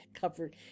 covered